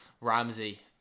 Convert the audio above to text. Ramsey